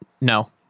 No